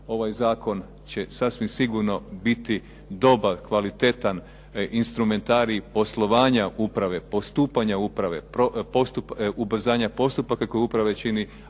Ovaj zakon će sasvim sigurno biti dobar, kvalitetan instrumentarij poslovanja uprave, postupanja uprave, ubrzanja postupaka koje uprave čini